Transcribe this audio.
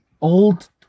old